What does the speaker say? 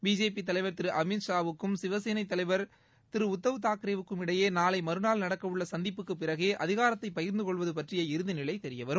BJP தலைவர் திரு அமித் ஷாவுக்கும் சிவசேனா தலைவர் திரு உத்தவ் தாக்கரேவுக்கும் இடையே நாளை மறுநாள் நடக்கவுள்ள சந்திப்புக்கு பிறகே அதிகாரத்தை பகிர்ந்து கொள்வது பற்றிய இறுதிநிலை தெரியவரும்